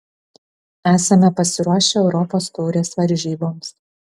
esame pasiruošę europos taurės varžyboms